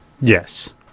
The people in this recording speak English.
Yes